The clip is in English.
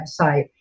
website